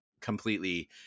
completely